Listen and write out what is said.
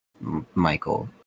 Michael